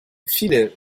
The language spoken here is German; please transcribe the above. viele